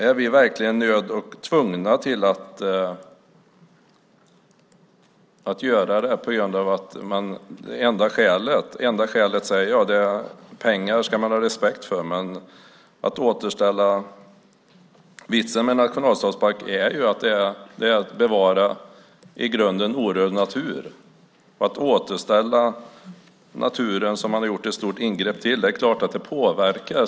Är vi verkligen nödda och tvungna att göra detta? Enda skälet är pengar. Pengar ska man ha respekt för, säger jag, men att vitsen med en nationalstadspark är ju att bevara i grunden orörd natur. Om man återställer naturen efter ett stort ingrepp är det klart att det påverkar.